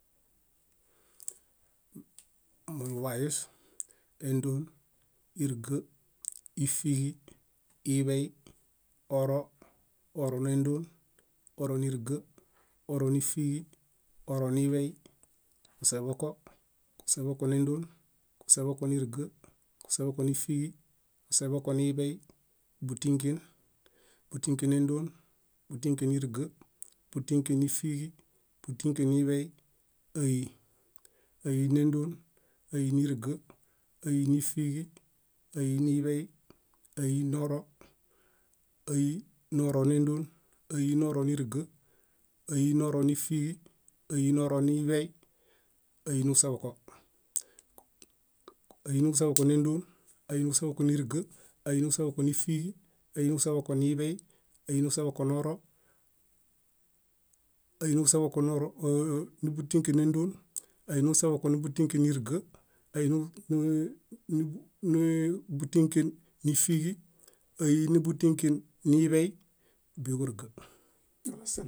Muḃayus, éndon, íriga, ífiiġi iḃey, oro; oro néndon, oro níriga, oro nífiġi, oro niḃey, kuseḃoko, kuseḃoko néndon, kuseḃoko níriga, kuseḃoko nífiġi, kuseḃoko niḃey, bútĩken, bútĩken néndon, bútĩken níriga, bútĩken nífiġi, bútĩken niḃey, ái, áinendon, áineriga, áinifiġi, ái niḃey, ái noro, ái noro néndon, ái noro níriga, ái noro nífiġi, ái noroniḃey, ái niġuseḃoko, ái niġuseḃoko néndon, ái niġuseḃoko níriga, ái niġuseḃoko nífiġi, ái niġuseḃokoniḃey, ái niġuseḃokoro, ái niġuseḃoko níḃutĩkenendon, ái niġuseḃoko níḃutĩkeníriga, ái nii- butĩkenífiġi, ái níḃutĩken niḃey, bíġuriġa.